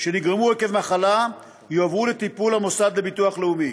שנגרמו עקב מחלה יועברו לטיפול המוסד לביטוח לאומי.